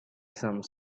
some